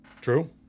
True